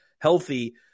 healthy